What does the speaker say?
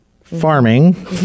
farming